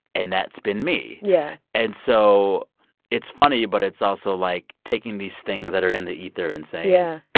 and that's been me yeah and so it's funny, but it's also, like, taking these things that are in the ether and saying. yeah.